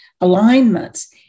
alignments